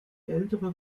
ältere